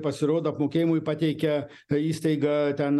pasirodo apmokėjimui pateikia kai įstaiga ten